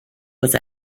was